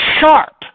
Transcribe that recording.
sharp